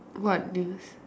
what news